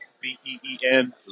B-E-E-N